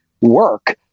work